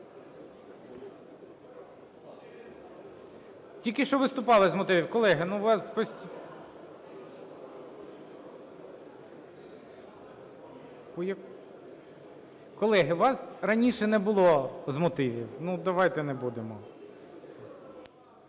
тільки що виступали з мотивів. Колеги, ну, у вас… Колеги, у вас раніше не було з мотивів, ну, давайте не будемо.